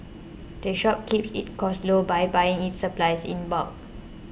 the shop keeps its costs low by buying its supplies in bulk